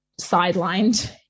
sidelined